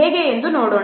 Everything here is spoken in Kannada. ಹೇಗೆ ಎಂದು ನೋಡೋಣ